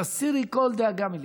הסירי כל דאגה מליבך,